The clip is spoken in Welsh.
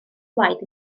blaid